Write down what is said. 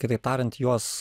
kitaip tariant juos